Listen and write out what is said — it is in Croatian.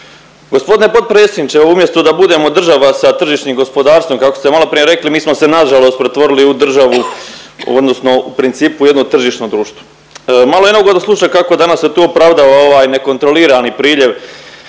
Gospodine potpredsjedniče umjesto da budemo država sa tržišnim gospodarstvom kako ste malo prije rekli mi smo se nažalost pretvorili u državu odnosno u principu u jedno tržišno društvo. Malo je neugodan slučaj kako se danas opravdava tu ovaj nekontrolirano priljev